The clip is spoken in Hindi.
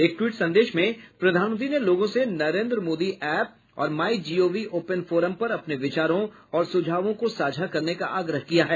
एक ट्वीट संदेश में प्रधानमंत्री ने लोगों से नरेन्द्र मोदी ऐप और my G O V open forum पर अपने विचारों और सुझावों को साझा करने का आग्रह किया है